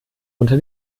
unter